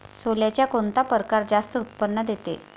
सोल्याचा कोनता परकार जास्त उत्पन्न देते?